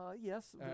yes